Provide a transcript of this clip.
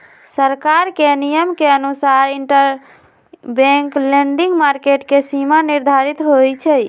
सरकार के नियम के अनुसार इंटरबैंक लैंडिंग मार्केट के सीमा निर्धारित होई छई